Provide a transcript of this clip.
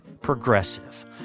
Progressive